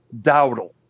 Dowdle